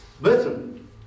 listen